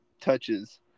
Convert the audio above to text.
touches